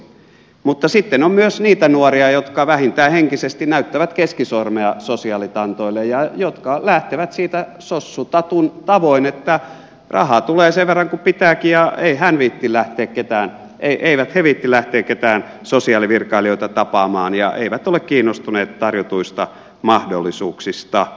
mutta sitten on myös niitä nuoria jotka vähintään henkisesti näyttävät keskisormea sosiaalitantoille ja jotka lähtevät siitä sossu tatun tavoin että rahaa tulee sen verran pitää cia ei hän viittii kuin pitääkin eivätkä he viitsi lähteä ketään sosiaalivirkailijoita tapaamaan eivätkä ole kiinnostuneita tarjotuista mahdollisuuksista